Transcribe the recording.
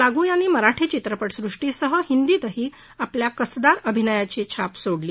लागू यांनी मराठी चित्रपटसुष्टीसह हिदीतही आपल्या कसदार अभिनयाची छाप सोडली